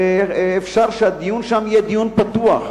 אפשר שהדיון שם יהיה דיון פתוח.